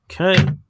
Okay